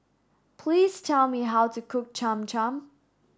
please tell me how to cook Cham Cham